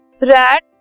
rat